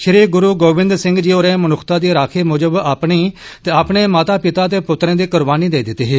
श्री गुरू गोविंद सिंह जी होरे मनुक्खता दी राक्खी मुजब अपनी ते अपने माता पिता ते प्रत्तरें दी कुर्बानी देई दिती ही